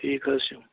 ٹھیٖک حظ چھُ